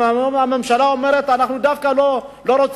הממשלה אומרת: אנחנו לא בעד סטודנטים,